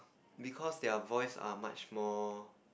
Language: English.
because their voice are much more